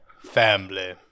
Family